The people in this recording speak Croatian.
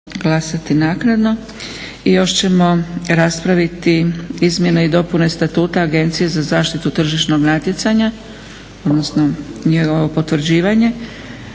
Dragica (SDP)** I još ćemo raspraviti - Izmjene i dopune Statuta Agencije za zaštitu tržišnog natjecanja – potvrđivanje